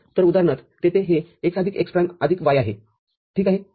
तर उदाहरणार्थतेथे हे x आदिक x प्राईमआदिक y आहे ठीक आहे